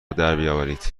درآورید